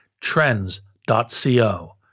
Trends.co